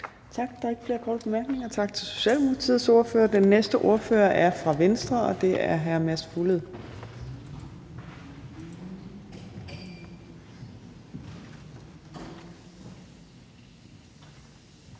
pakke. Der er ikke flere korte bemærkninger. Tak til Socialdemokratiets ordfører. Den næste ordfører er fra Venstre, og det er hr. Mads Fuglede.